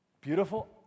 Beautiful